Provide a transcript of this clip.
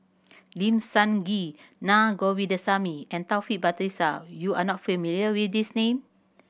Lim Sun Gee Naa Govindasamy and Taufik Batisah you are not familiar with these name